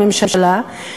הממשלה,